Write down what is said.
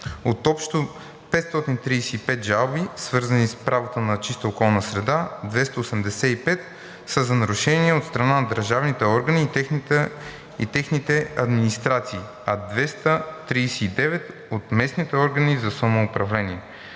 От общо 535 жалби, свързани с правото на чиста околна среда, 285 са за нарушения от страна на държавните органи и техните администрации, а 239 – от местните органи на самоуправление.